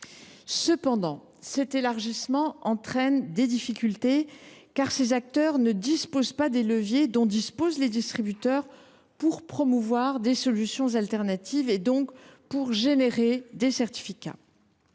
Cependant, l’élargissement du dispositif crée des difficultés, car ces acteurs ne disposent pas des leviers auxquels ont recours les distributeurs pour promouvoir des solutions alternatives et, donc, pour générer des certificats.